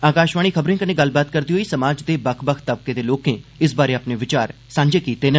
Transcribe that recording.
आकाषवाणी खबरें कन्नै गल्लबात करदे होई समाज दे बक्ख बक्ख तबकें दे लोकें इस बारै अपने विचार सांझे कीते न